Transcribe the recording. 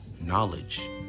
knowledge